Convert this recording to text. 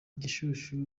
gishushu